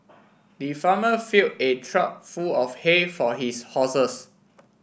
the farmer fill a trough full of hay for his horses